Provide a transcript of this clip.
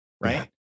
right